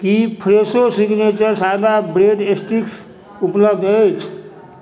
की Fresho signature सादा bread sticks उपलब्ध अछि